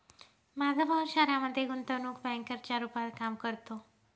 माझा भाऊ शहरामध्ये गुंतवणूक बँकर च्या रूपात काम करतो